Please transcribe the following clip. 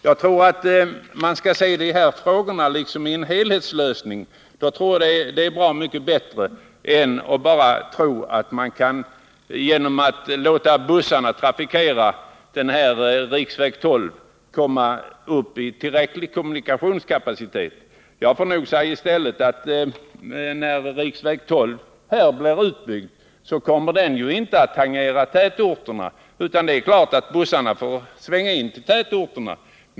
Jag tror att man skall se dessa frågor upptagna i en helhetslösning, ty det är nog bra mycket bättre än att tro att man kan komma upp i tillräcklig kommunikationskapacitet bara genom att låta bussarna trafikera riksväg 12. När riksväg 12 blir utbyggd kommer denna ju inte att tangera tätorterna. Det är klart att det blir bussarna som får svänga in till tätorterna.